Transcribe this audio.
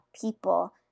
people